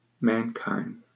mankind